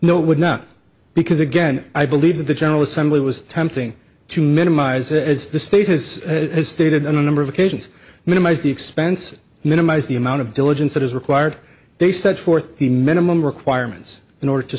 no would not because again i believe that the general assembly was attempting to minimize as the state has stated on a number of occasions minimize the expense minimize the amount of diligence that is required they set forth the minimum requirements in order to